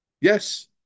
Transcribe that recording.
Yes